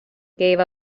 gave